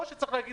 או שצריך להגיד,